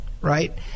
Right